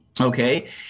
Okay